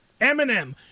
Eminem